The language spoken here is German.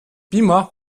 beamer